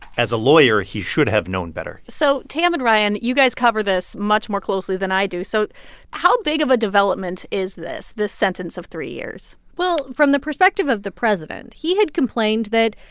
as a lawyer, he should have known better so tam and ryan, you guys cover this much more closely than i do. so how big of a development is this, this sentence of three years? well, from the perspective of the president, he had complained that,